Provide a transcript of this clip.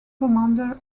commander